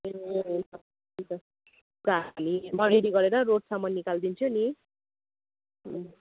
ए हुन्छ हुन्छ म रेडी गरेर रोडसम्म निकालिदिन्छु नि